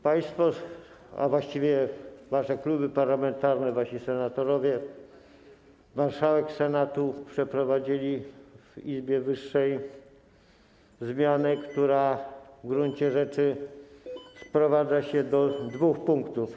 Państwo, a właściwie wasze kluby parlamentarne, wasi senatorowie, marszałek Senatu przeprowadzili w Izbie wyższej zmianę, która w gruncie rzeczy sprowadza się do dwóch punktów.